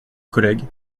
collègues